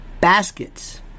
Baskets